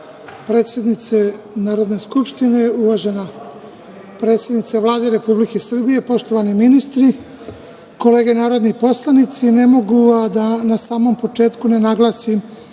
predsednice Narodne skupštine, uvažena predsednice Vlade Republike Srbije, poštovani ministri, kolege narodni poslanici, ne mogu a da na samom početku ne naglasim